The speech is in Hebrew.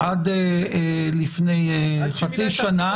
עד לפני חצי שנה